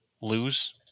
Lose